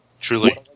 Truly